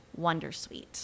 wondersuite